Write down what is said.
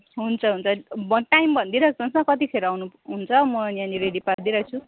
हुन्छ हुन्छ टाइम भनिदिई राख्नुहोस् न कतिखेर आउनुहुन्छ म यहाँनिर रेडी पारिदिई राख्छु